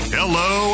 Hello